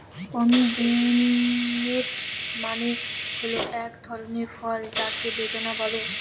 pomegranate মানে হল এক ধরনের ফল যাকে বেদানা বলে